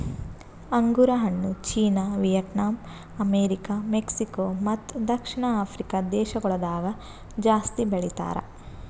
ಅಂಗುರ್ ಹಣ್ಣು China, Vietnam, America, Mexico ಮತ್ತ ದಕ್ಷಿಣ ಆಫ್ರಿಕಾ ದೇಶಗೊಳ್ದಾಗ್ ಜಾಸ್ತಿ ಬೆಳಿತಾರ್